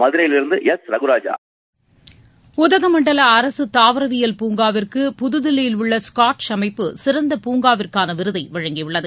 மதுரையிலிருந்து ரகுராஜா உதகமண்டல அரசு தாவரவியல் பூங்காவிற்கு புதுதில்லியில் உள்ள ஸ்காட்ச் அமைப்பு சிறந்த பூங்காவிற்கான விருதை வழங்கியுள்ளது